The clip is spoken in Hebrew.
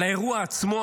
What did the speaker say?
על האירוע עצמו,